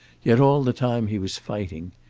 yet all the time he was fighting.